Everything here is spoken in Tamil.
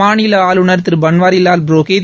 மாநில ஆளுநர் திரு பன்வாரிலால் புரோஹித்